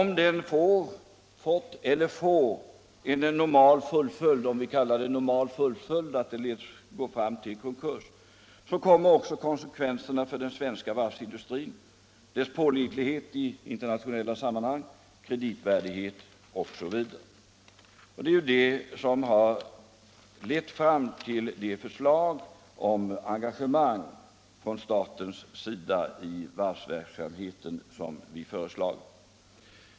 Om den får, har fått eller kommer att få en ”normal” fullföljd — dvs. om man i detta fall med ”normal” fullföljd menar att den leder fram till konkurs —- följer också konsekvenserna därav för den svenska varvsindustrin, dess pålitlighet i internationella sammanhang, dess kreditvärdighet osv. Det är ju det som har lett fram till de engagemang från statens sida i varvsverksamheten som vi föreslagit.